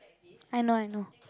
I know I know